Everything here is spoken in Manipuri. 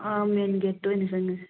ꯃꯦꯟ ꯒꯦꯠꯇ ꯑꯣꯏꯅ ꯆꯪꯉꯁꯤ